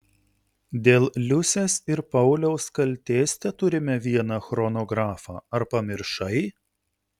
dėl liusės ir pauliaus kaltės teturime vieną chronografą ar pamiršai